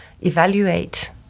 evaluate